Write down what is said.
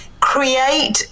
create